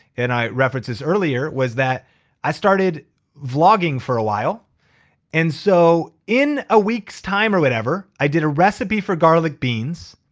and i referenced this earlier, was that i started vlogging for awhile and so in a weeks time or whatever, i did a recipe for garlic beans,